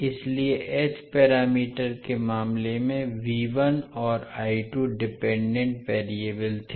इसलिए h parameter के मामले में और डिपेंडेंट वेरिएबल थे